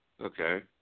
okay